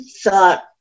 thought